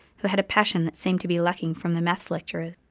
who had a passion that seems to be lacking from the maths lecturers.